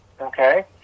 okay